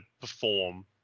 perform